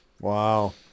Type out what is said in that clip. Wow